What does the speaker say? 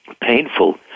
painful